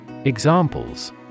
Examples